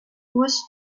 was